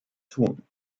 tun